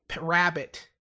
rabbit